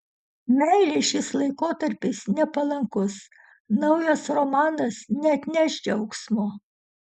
meilei šis laikotarpis nepalankus naujas romanas neatneš džiaugsmo